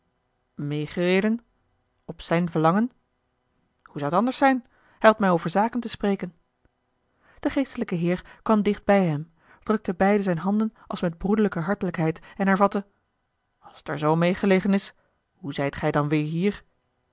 meêgereden op zijn verlangen hoe zou t anders zijn hij had mij over zaken te spreken de geestelijke heer kwam dicht bij hem drukte beide zijne handen als met broederlijke hartelijkheid en hervatte als t er zoo meê gelegen is hoe zijt gij dan weêr hier